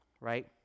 right